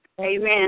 amen